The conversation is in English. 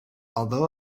although